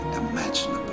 imaginable